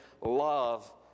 love